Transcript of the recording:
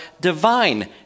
divine